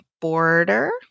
border